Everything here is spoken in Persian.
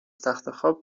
تختخواب